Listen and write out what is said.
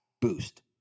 boost